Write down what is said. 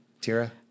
Tira